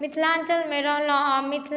मिथिलाञ्चल मे रहलहुॅं